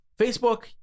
facebook